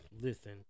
listen